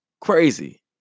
Crazy